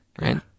right